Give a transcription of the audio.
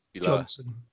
Johnson